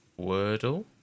Wordle